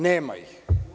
Nema ih.